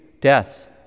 deaths